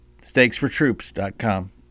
StakesForTroops.com